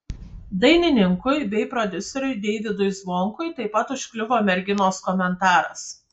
dainininkui bei prodiuseriui deivydui zvonkui taip pat užkliuvo merginos komentaras